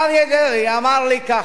אריה דרעי אמר לי כך,